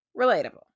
Relatable